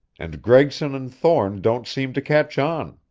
and gregson and thorne don't seem to catch on.